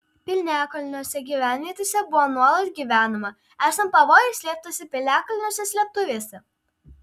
piliakalniuose gyvenvietėse buvo nuolat gyvenama esant pavojui slėptasi piliakalniuose slėptuvėse